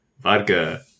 vodka